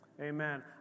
amen